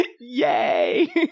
Yay